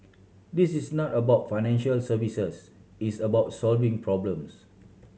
this is not about financial services it's about solving problems